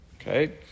okay